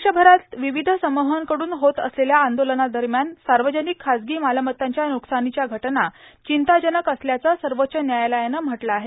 देशभरात विविध समूहांकडून होत असलेल्या आंदोलनादरम्यान सार्वजनिक खाजगी मालमत्तांच्या व्रकसानीच्या घटना चिंताजनक असल्याचं सर्वोच्च न्यायालयानं म्हटलं आहे